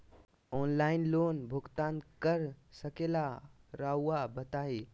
Online loan भुगतान कर सकेला राउआ बताई?